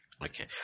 Okay